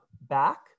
back